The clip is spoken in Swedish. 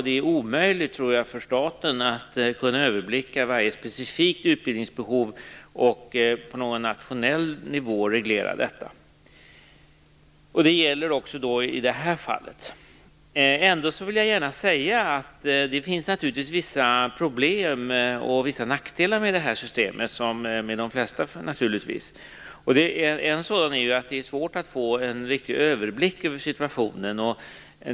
Det är omöjligt för staten att överblicka varje specifikt utbildningsbehov och reglera det på nationell nivå. Det gäller också i det här fallet. Ändå vill jag gärna säga att det finns vissa problem och vissa nackdelar med det här systemet, som med de flesta system naturligtvis. En sådan är att det är svårt att få en riktig överblick över situationen.